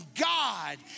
God